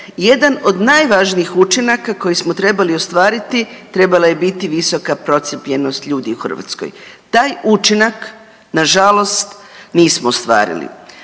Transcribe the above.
jedan od najvažnijih učinaka koji smo trebali ostvariti trebala je biti visoka procijepljenost ljudi u Hrvatskoj. Taj učinak nažalost nismo ostvarili.